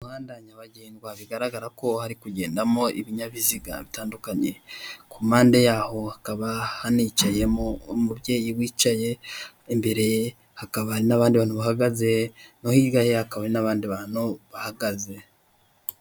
Umuhanda nyabagendwa bigaragara ko hari kugendamo ibinyabiziga bitandukanye, ku mpande yaho hakaba hanicaye umubyeyi wicaye, imbere hakaba n'abandi bantu bahagaze no hirya ye hakaba n'abandi bahagaze.